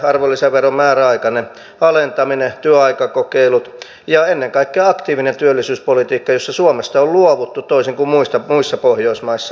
arvonlisäveron määräaikainen alentaminen työaikakokeilu ja ennen kaikkea aktiivinen työllisyyspolitiikka josta suomessa on luovuttu toisin kuin muissa pohjoismaissa